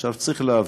עכשיו, צריך להבין: